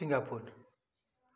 Singapore